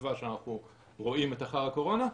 בתקווה שאנחנו רואים את אחר הקורונה,